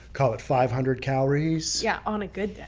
call it five hundred calories? yeah, on a good day.